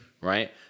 Right